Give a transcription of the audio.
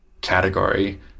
category